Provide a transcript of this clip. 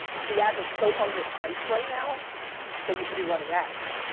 the ads are so unpriced right now that you should be running ads.